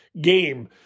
game